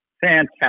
fantastic